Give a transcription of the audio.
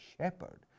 shepherd